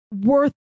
worth